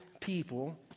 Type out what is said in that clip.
people